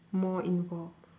more involve